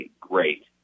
great